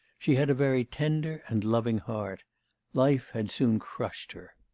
she had a very tender and loving heart life had soon crushed her.